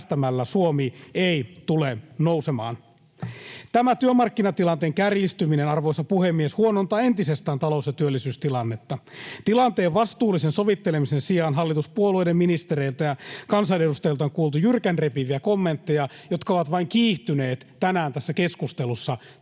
Suomi ei tule nousemaan. Tämä työmarkkinatilanteen kärjistyminen, arvoisa puhemies, huonontaa entisestään talous- ja työllisyystilannetta. Tilanteen vastuullisen sovittelemisen sijaan hallituspuolueiden ministereiltä ja kansanedustajilta on kuultu jyrkän repiviä kommentteja, jotka ovat vain kiihtyneet tänään tässä keskustelussa. Tämä ei lupaa